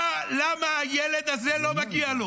למה לילד הזה לא מגיע?